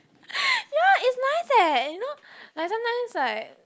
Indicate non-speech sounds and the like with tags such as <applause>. <breath> yeah it's nice leh you know like sometimes like